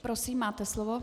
Prosím, máte slovo.